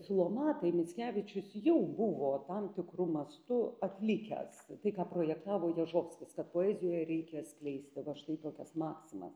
filomatai mickevičius jau buvo tam tikru mastu atlikęs tai ką projektavo ježovskis kad poezijoj reikia skleisti va štai tokias maksimas